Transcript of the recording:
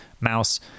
mouse